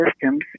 systems